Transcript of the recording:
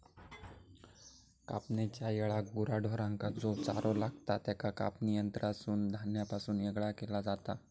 कापणेच्या येळाक गुरा ढोरांका जो चारो लागतां त्याका कापणी यंत्रासून धान्यापासून येगळा केला जाता